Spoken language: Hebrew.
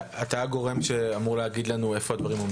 אתה הגורם שאמור להגיד לנו איפה הדברים עומדים?